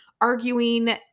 arguing